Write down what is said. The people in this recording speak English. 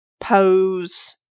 Pose